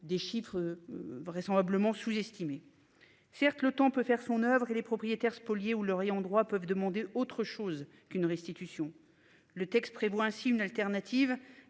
des chiffres. Vraisemblablement sous-estimées. Certes le temps peut faire son oeuvre et les propriétaires spoliés ou le rayon droit peuvent demander autre chose qu'une restitution. Le texte prévoit ainsi une alternative